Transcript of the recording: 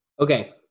Okay